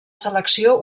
selecció